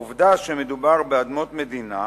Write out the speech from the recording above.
העובדה שמדובר באדמות מדינה